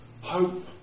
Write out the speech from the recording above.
Hope